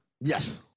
Yes